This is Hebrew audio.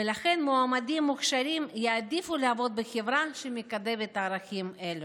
ולכן מועמדים מוכשרים יעדיפו לעבוד בחברה שמקדמת ערכים אלו.